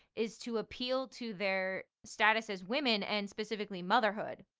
is to appeal to their status as women, and specifically motherhood,